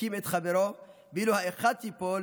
יקים את חברו, ואילו האחד שיפול